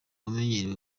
amenyerewe